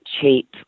cheap